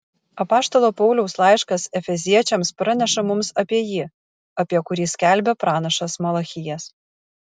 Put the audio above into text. apaštalo pauliaus laiškas efeziečiams praneša mums apie jį apie kurį skelbė pranašas malachijas